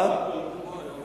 על כל פנים,